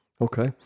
Okay